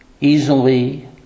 easily